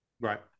Right